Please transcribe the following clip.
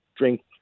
Drink